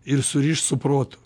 ir surišt su protu